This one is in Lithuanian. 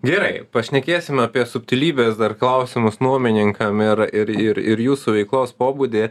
gerai pašnekėsim apie subtilybes dar klausimus nuomininkam ir ir ir ir jūsų veiklos pobūdį